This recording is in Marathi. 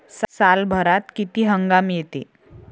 सालभरात किती हंगाम येते?